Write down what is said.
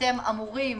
שאתם אמורים